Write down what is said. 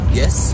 yes